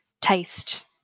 taste